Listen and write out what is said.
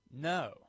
No